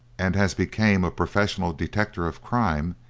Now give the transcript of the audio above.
and as became a professed detector of crime,